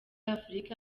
afurika